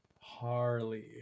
Harley